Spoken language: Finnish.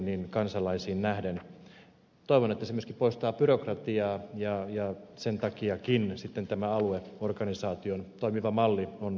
toivon että se myöskin poistaa byrokratiaa ja sen takiakin sitten tämä alueorganisaation toimiva malli on tietysti tärkeä onnistuessaan